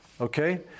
Okay